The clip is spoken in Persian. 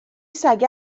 سگه